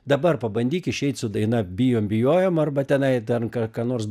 dabar pabandyk išeit su daina bijom bijojom arba tenai ten ką nors